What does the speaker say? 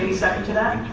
second to that?